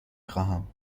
خواهم